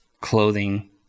clothing